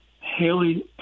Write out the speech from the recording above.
Haley